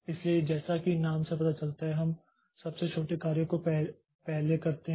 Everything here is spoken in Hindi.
इसलिए जैसा कि नाम से पता चलता है हम सबसे छोटे कार्य को पहले करते हैं